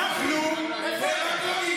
איפה הם?